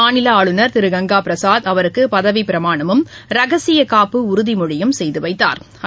மாநில ஆளுநர் திரு கங்கா பிரசாத் அவருக்கு பதவிபிரமாணமும் ரகசிய காப்புப் உறுதிமொழி செய்து வைத்தாா்